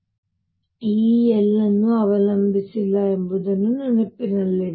E l ಅನ್ನು ಅವಲಂಬಿಸಿಲ್ಲ ಎಂಬುದನ್ನು ನೆನಪಿನಲ್ಲಿಡಿ